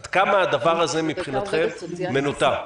עד כמה הדבר הזה, מבחינתכם, מנוטר?